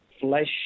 flesh